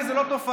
כי זה לא תופעה.